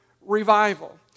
revival